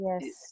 yes